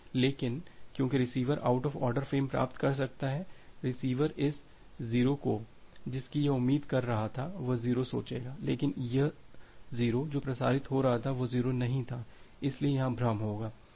लेकिन क्योंकि receiver out of order frame प्राप्त कर सकता है रिसीवर इस 0 को जिसकी यह उम्मीद कर रहा था वह 0 सोचेगा लेकिन यह 0 जो प्रसारित हो रहा था वह 0 नहीं था इसलिए यहां भ्रम होगा